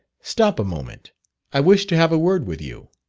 stop a moment i wish to have a word with you.